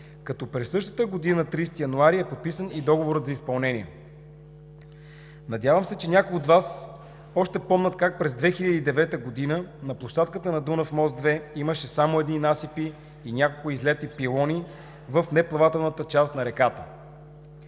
като през същата година на 30 януари е подписан и договорът за изпълнение. Надявам се, че някои от Вас още помнят как през 2009 г. на площадката на „Дунав мост 2“ имаше само едни насипи и няколко излети пилони в неплавателната част на реката.